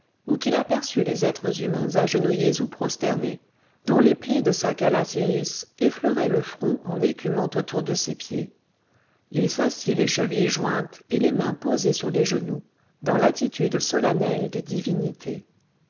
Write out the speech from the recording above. ou qu'il aperçût les êtres humains agenouillés ou prosternés dont les plis de sa calasiris effleuraient le front en écumant autour de ses pieds il s'assit les chevilles jointes et les mains posées sur les genoux dans l'attitude solennelle des divinités